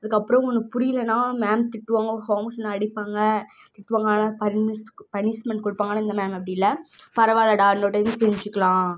அதுக்கப்புறம் ஒன்னு புரியலன்னா மேம் திட்டுவாங்க ஹோம் ஒர்க் செய்யலன்னா அடிப்பாங்கள் திட்டுவாங்கள் ஆனால் பனிஷ் பனிஷ்மெண்ட் கொடுப்பாங்க ஆனால் இந்த மேம் அப்படி இல்லை பரவாயில்லடா இன்னொரு டைம் செஞ்சிக்கலாம்